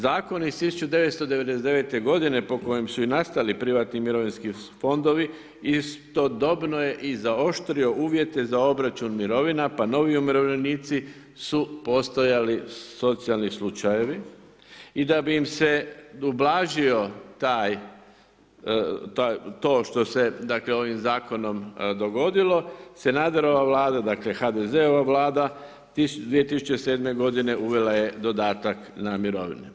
Zakon iz 1999. godine po kojem su nastali privatni mirovinski fondovi istodobno je i zaoštrio uvjete za obračun mirovina, pa novi umirovljenici su postajali socijalni slučajevi i da bi im se ublažio to što se ovim zakonom dogodilo, Sanaderova Vlada, dakle HDZ-ova Vlada 2007. godine uvela je dodatak na mirovine.